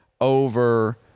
over